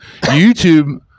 YouTube